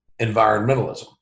environmentalism